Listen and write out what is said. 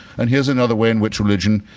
and here's another way in which religion